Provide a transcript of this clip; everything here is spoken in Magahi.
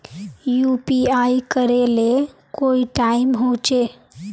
यु.पी.आई करे ले कोई टाइम होचे?